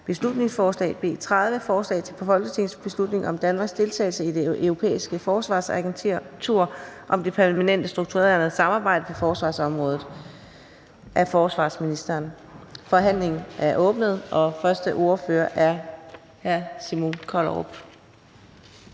beslutningsforslag nr. B 30: Forslag til folketingsbeslutning om Danmarks deltagelse i Det Europæiske Forsvarsagentur og Det Permanente Strukturerede Samarbejde på forsvarsområdet. Af forsvarsministeren (Troels Lund Poulsen, fg.). (Fremsættelse 09.02.2023). Kl.